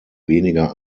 weniger